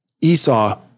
Esau